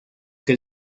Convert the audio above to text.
que